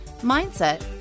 mindset